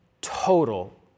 total